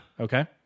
Okay